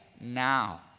now